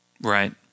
Right